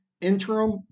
interim